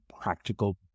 practical